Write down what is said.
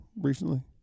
recently